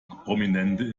prominente